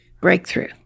breakthrough